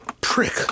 prick